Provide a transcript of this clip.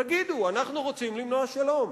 תגידו: אנחנו רוצים למנוע שלום.